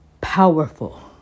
powerful